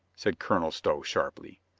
said colonel stow sharply.